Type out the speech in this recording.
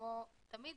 שכמו תמיד